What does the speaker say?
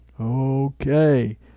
Okay